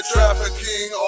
Trafficking